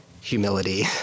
humility